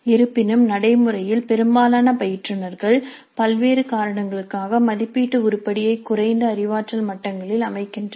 இருப்பினும் நடைமுறையில் பெரும்பாலான பயிற்றுனர்கள் பல்வேறு காரணங்களுக்காக மதிப்பீட்டு உருப்படியை குறைந்த அறிவாற்றல் மட்டங்களில் அமைக்கின்றனர்